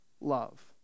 love